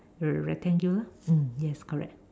rectangular yes correct